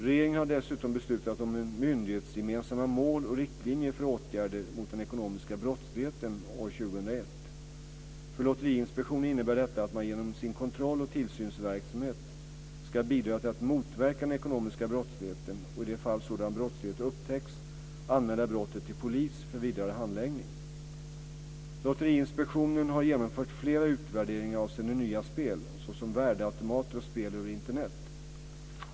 Regeringen har dessutom beslutat om myndighetsgemensamma mål och riktlinjer för åtgärder mot den ekonomiska brottsligheten år 2001. För Lotteriinspektionen innebär detta att man genom sin kontrolloch tillsynsverksamhet ska bidra till att motverka den ekonomiska brottsligheten och i de fall sådan brottslighet upptäcks anmäla brottet till polis för vidare handläggning. Lotteriinspektionen har genomfört flera utvärderingar avseende nya spel, så som värdeautomater och spel över Internet.